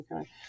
okay